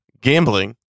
gambling